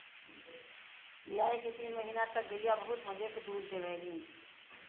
बियाये के तीन महीना तक गइया बहुत मजे के दूध देवलीन